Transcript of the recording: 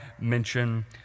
mention